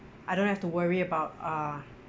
I don't have to worry about uh